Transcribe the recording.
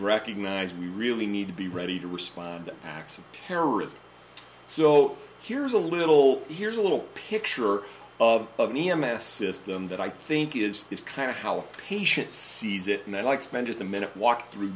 recognize we really need to be ready to respond acts of terrorism so here's a little here a little picture of of an e m f system that i think is is kind of how patient sees it and i like spend just a minute walk through